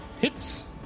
hits